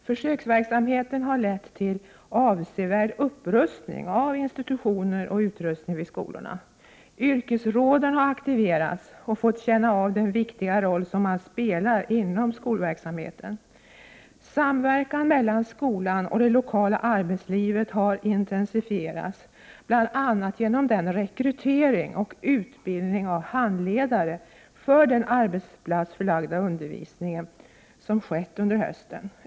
Försöksverksamheten har lett till avsevärd upprustning av institutioner och utrustning vid skolorna. Yrkesråden har aktiverats och fått känna av den viktiga roll som man spelar inom verksamheten. Samverkan mellan skolan och det lokala arbetslivet har intensifierats, bl.a. genom den rekrytering och utbildning av handledare för den arbetsplatsförlagda undervisningen som skett under hösten.